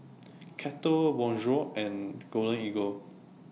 Kettle Bonjour and Golden Eagle